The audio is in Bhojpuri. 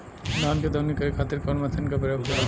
धान के दवनी करे खातिर कवन मशीन के प्रयोग करी?